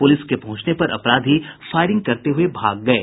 police के पहुंचने पर अपराधी फायरिंग करते हुए भाग गये